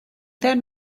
then